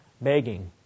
begging